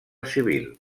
civil